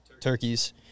turkeys